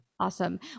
Awesome